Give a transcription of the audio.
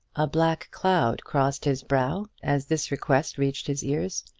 a black cloud crossed his brow as this request reached his ears.